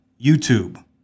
YouTube